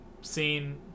seen